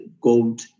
gold